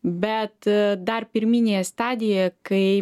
bet dar pirminėje stadijoje kai